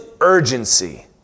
urgency